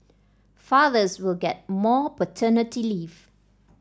fathers will get more paternity leave